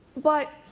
but